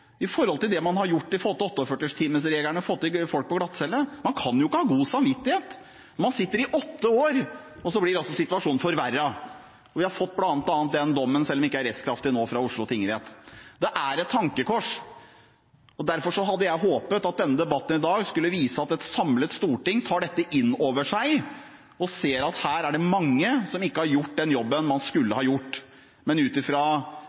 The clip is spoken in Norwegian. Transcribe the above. det man har gjort med tanke på 48-timersregelen og det å ha hatt folk på glattcelle? Man kan jo ikke ha god samvittighet? Man sitter i åtte år, og så blir altså situasjonen forverret. Vi har bl.a. fått denne dommen, selv om den ikke er rettskraftig, fra Oslo tingrett. Det er et tankekors. Derfor hadde jeg håpet at denne debatten i dag skulle vise at et samlet storting tar dette inn over seg og ser at her er det mange som ikke har gjort den jobben man skulle ha gjort. Men